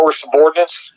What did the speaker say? subordinates